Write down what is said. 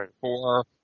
four